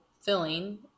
filling